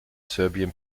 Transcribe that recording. serbian